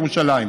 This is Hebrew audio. ירושלים,